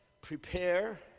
Prepare